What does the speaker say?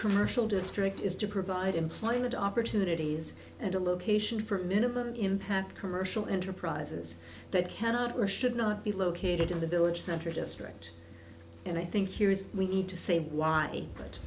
commercial district is to provide employment opportunities and a location for minimal impact commercial enterprises that cannot or should not be located in the village center district and i think here is we need to say why but